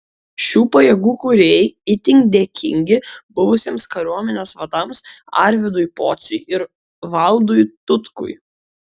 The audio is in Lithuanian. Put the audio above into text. šių pajėgų kūrėjai itin dėkingi buvusiems kariuomenės vadams arvydui pociui ir valdui tutkui